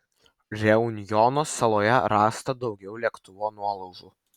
reunjono saloje rasta daugiau lėktuvo nuolaužų